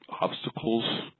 obstacles